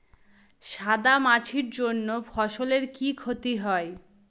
সাদা মাছির জন্য ফসলের কি ক্ষতি হয়?